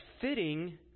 fitting